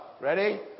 Ready